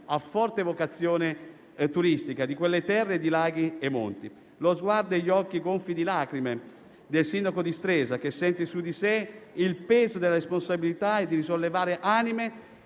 a forte vocazione turistica di quelle terre di laghi e monti. Lo sguardo e gli occhi gonfi di lacrime del sindaco di Stresa che sente su di sé il peso della responsabilità di risollevare anime